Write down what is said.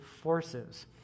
forces